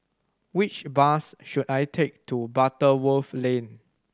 which bus should I take to Butterworth Lane